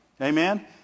Amen